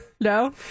No